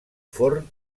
forn